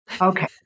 Okay